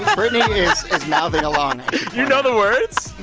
brittany is mouthing along you know the words?